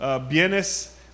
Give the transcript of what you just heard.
bienes